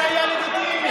זה היה לגיטימי.